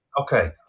okay